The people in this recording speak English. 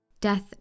Death